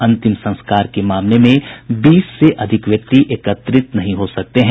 अंतिम संस्कार के मामले में बीस से अधिक व्यक्ति एकत्रित नहीं हो सकते हैं